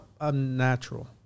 unnatural